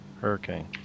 Hurricane